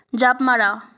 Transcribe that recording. জাঁপ মৰা